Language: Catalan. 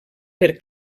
per